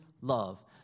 love